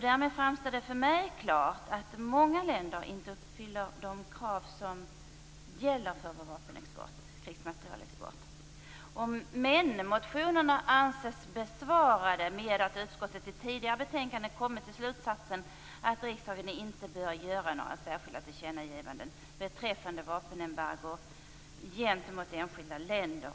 Därmed framstår det för mig klart att många länder inte uppfyller de krav som gäller för vår krigsmaterielexport. Motionerna anses emellertid besvarade med att utskottet i tidigare betänkanden kommit till slutsatsen att riksdagen inte bör göra några särskilda tillkännagivanden beträffande vapenembargo gentemot enskilda länder.